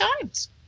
times